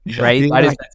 right